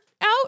out